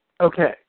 Okay